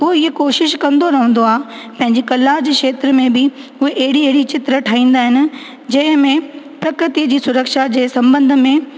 उहो इहो कोशिश कंदो रहंदो आहे पंहिंजी कला जे क्षेत्र में बि हू अहिड़ी अहिड़ी चित्र ठाहींदा आहिनि जंहिं में प्रकृति जी सुरक्षा जे संबंध में